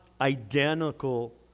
identical